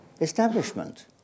establishment